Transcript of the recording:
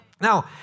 Now